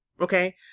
Okay